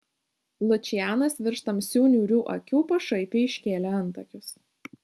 lučianas virš tamsių niūrių akių pašaipiai iškėlė antakius